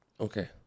Okay